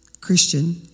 Christian